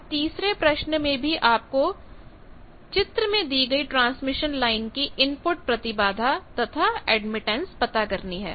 और तीसरे प्रश्न में भी आपको चित्र में दी गई ट्रांसमिशन लाइन की इनपुट प्रतिबाधा तथा एडमिटेंस पता करनी है